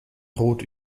rot